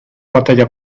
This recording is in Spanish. batalla